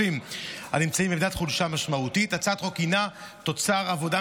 אני מזמינה את שר הדתות,